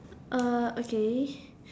uh okay